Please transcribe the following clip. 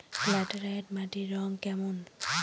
Laterite মাটির রং কেমন?